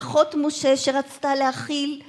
אחות משה שרצתה להכיל